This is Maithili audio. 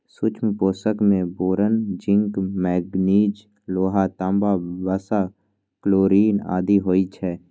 सूक्ष्म पोषक मे बोरोन, जिंक, मैगनीज, लोहा, तांबा, वसा, क्लोरिन आदि होइ छै